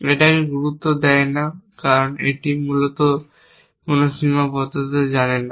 এটাকে গুরুত্ব দেয় না কারণ এটি মূলত কোনো সীমাবদ্ধতা জানে না